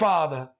Father